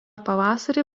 pavasarį